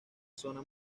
zona